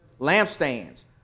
Lampstands